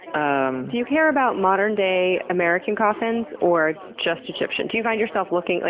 um do you care about modern-day american coffins or just egyptian? do you find yourself looking. like